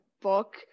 book